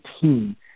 team